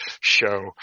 show